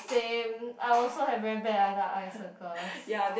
same I also have very bad under eye circles